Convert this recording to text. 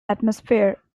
atmosphere